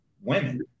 women